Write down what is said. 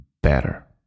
better